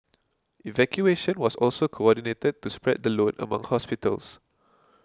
evacuation was also coordinated to spread the load among hospitals